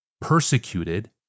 persecuted